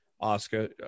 Oscar